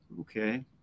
Okay